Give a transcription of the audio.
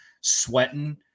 sweating